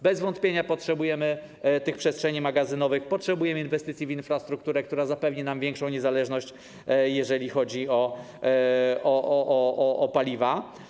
Bez wątpienia potrzebujemy tych przestrzeni magazynowych, potrzebujemy inwestycji w infrastrukturę, która zapewni nam większą niezależność, jeżeli chodzi o paliwa.